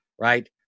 right